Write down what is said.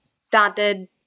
started